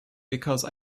because